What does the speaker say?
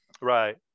Right